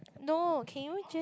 no can you just